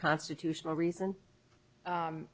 constitutional reason